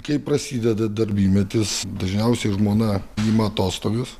kai prasideda darbymetis dažniausiai žmona ima atostogas